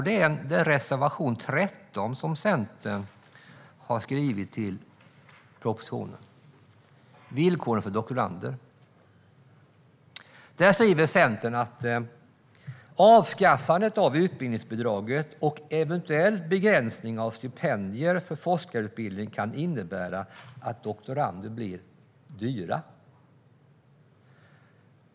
Det gäller reservation 13, som Centern har skrivit till propositionen, om villkoren för doktorander. Där säger Centern att avskaffandet av utbildningsbidraget och eventuell begränsning av stipendier för forskarutbildning kan innebära att doktorander blir dyra.